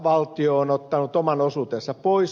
valtio on ottanut oman osuutensa pois